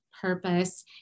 purpose